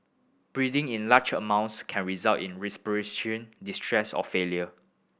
breathing in large amounts can result in distress or failure